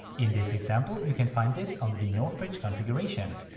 in this example you can find this under the northbridge configuration.